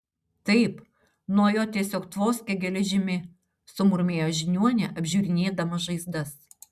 taip nuo jo tiesiog tvoskia geležimi sumurmėjo žiniuonė apžiūrinėdama žaizdas